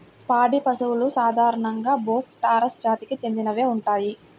పాడి పశువులు సాధారణంగా బోస్ టారస్ జాతికి చెందినవే ఉంటాయి